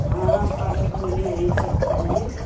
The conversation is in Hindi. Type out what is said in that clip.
हाँ पालक मूली इन यहीं सब खाइये